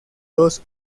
dos